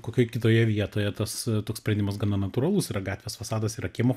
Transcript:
kokioj kitoje vietoje tas toks sprendimas gana natūralus yra gatvės fasadas yra kiemo